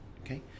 okay